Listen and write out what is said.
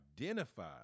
identify